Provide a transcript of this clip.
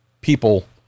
people